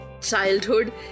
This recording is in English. Childhood